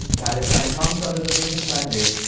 palestine comes under the british mandate,